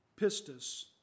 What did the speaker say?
pistis